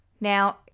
Now